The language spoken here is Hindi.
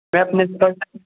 मैं अपने स्वास्थ्य